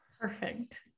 Perfect